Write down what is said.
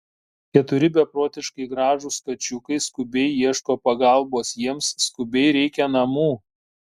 keturi beprotiškai gražūs kačiukai skubiai ieško pagalbos jiems skubiai reikia namų